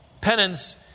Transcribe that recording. Penance